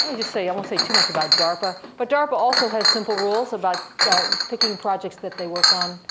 ah just say i won't say too much about darpa but darpa also has simple rules about picking projects that they work on,